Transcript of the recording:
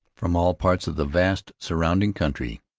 from all parts of the vast surrounding country.